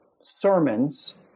sermons